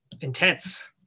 intense